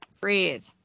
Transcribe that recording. Breathe